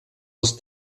els